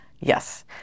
Yes